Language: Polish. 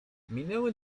minęły